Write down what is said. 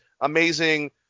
amazing